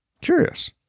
Curious